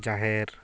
ᱡᱟᱦᱮᱨ